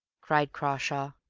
cried crawshay,